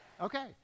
Okay